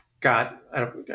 got –